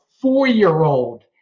four-year-old